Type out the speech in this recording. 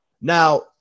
Now